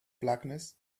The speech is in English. blackness